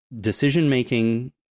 decision-making